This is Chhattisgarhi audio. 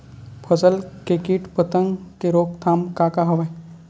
फसल के कीट पतंग के रोकथाम का का हवय?